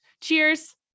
Cheers